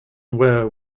ware